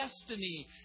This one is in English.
destiny